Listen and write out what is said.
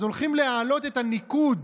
אז הולכים להעלות את הניקוד,